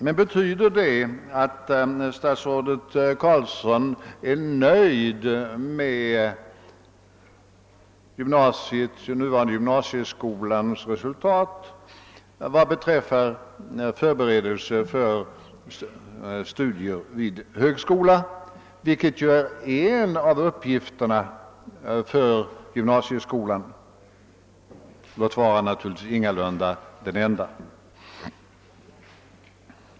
Men betyder det att statsrådet Carlsson är nöjd med den nuvarande gymnasieskolans resultat vad beträffar förberedelse för studier vid högskola, vilket ju är en av uppgifterna för gymnasieskolan, låt vara att det ingalunda är den enda uppgiften?